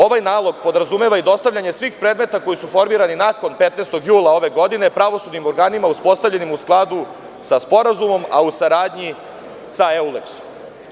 Ovaj nalog podrazumeva i dostavljanje svih predmeta koji su formirani nakon 15. jula ove godine pravosudnim organima, uspostavljenim u skladu sa sporazumom, a u saradnji sa Euleksom.